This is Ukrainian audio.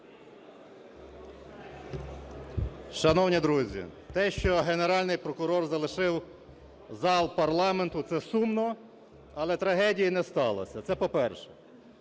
Шановні друзі, те, що Генеральний прокурор залишив зал парламенту – це сумно, але трагедії не сталося, це по-перше.